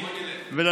יאללה בוא,